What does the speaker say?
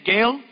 Gail